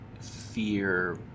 fear